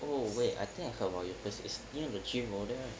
oh wait I think I heard about your place it's near the jun rou there right